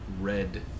red